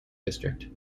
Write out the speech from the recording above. district